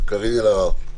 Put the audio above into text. קארין אלהרר.